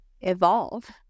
evolve